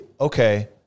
okay